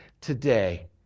today